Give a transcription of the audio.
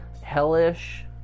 hellish